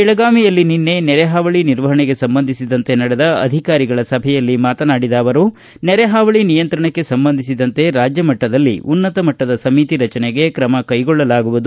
ಬೆಳಗಾವಿಯಲ್ಲಿ ನಿನ್ನೆ ನೆರೆಹಾವಳಿ ನಿರ್ಮಹಣೆಗೆ ಸಂಬಂಧಿಸಿದಂತೆ ನಡೆದ ಅಧಿಕಾರಿಗಳ ಸಭೆಯಲ್ಲಿ ಮಾತನಾಡಿದ ಅವರು ನೆರೆಹಾವಳಿಗೆ ನಿಯಂತ್ರಣಕ್ಕೆ ಸಂಬಂಧಿಸಿದಂತೆ ರಾಜ್ಯಮಟ್ಟದಲ್ಲಿ ಉನ್ನತಮಟ್ಟದ ಸಮಿತಿ ರಚನೆಗೆ ತ್ರಮ ಕೈಗೊಳ್ಳಲಾಗುವುದು